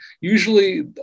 usually –